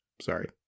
Sorry